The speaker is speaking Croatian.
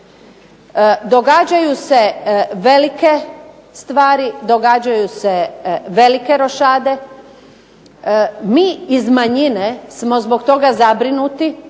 Događaju se velike stvari, događaju se velike rošade. Mi iz manjine smo zbog toga zabrinuti,